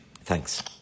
Thanks